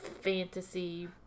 fantasy